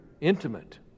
intimate